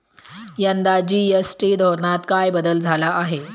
यंदा जी.एस.टी धोरणात काय बदल झाला आहे?